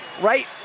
right